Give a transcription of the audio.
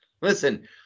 listen –